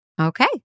okay